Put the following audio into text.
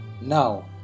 now